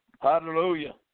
Hallelujah